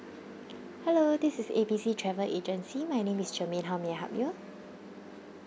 hello this is A B C travel agency my name is germaine how may I help you